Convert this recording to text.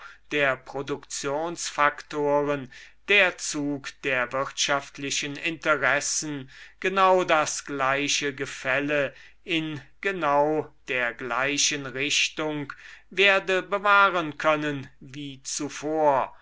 der produktionsfaktoren der zug i der wirtschaftlichen interessen genau das gleiche grefälle in genau der gleichen richtung werde bewahren können wie zuvor